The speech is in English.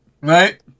right